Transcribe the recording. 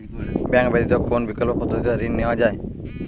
Bank ব্যতিত কোন বিকল্প পদ্ধতিতে ঋণ নেওয়া যায়?